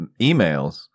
emails